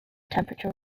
temperature